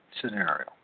scenario